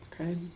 okay